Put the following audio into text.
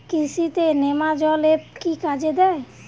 কৃষি তে নেমাজল এফ কি কাজে দেয়?